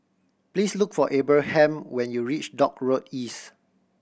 please look for Abraham when you reach Dock Road East